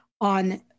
on